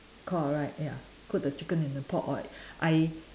correct ya cook the chicken in the pot or I